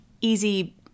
easy